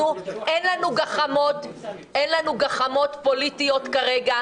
אנחנו, אין לנו גחמות פוליטיות כרגע.